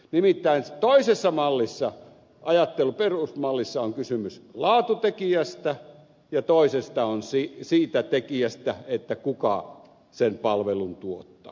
nimittäin toisessa mallissa perusmallissa on kysymys laatutekijästä ja toisessa siitä tekijästä kuka sen palvelun tuottaa